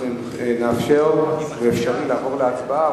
אנחנו נאפשר ואפשרי לעבור להצבעה,